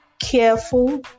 careful